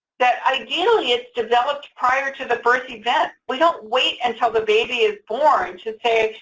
that ideally, it's developed prior to the birth event. we don't wait until the baby is born to say,